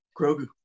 Grogu